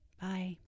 Bye